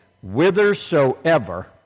whithersoever